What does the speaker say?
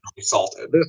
salted